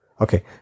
Okay